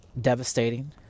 devastating